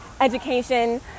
education